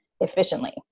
efficiently